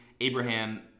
Abraham